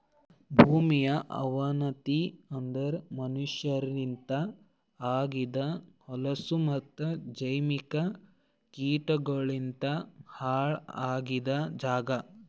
ಭೂಮಿಯ ಅವನತಿ ಅಂದುರ್ ಮನಷ್ಯರಲಿಂತ್ ಆಗಿದ್ ಹೊಲಸು ಮತ್ತ ಜೈವಿಕ ಕೀಟಗೊಳಲಿಂತ್ ಹಾಳ್ ಆಗಿದ್ ಜಾಗ್